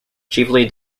chiefly